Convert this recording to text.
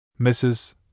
Mrs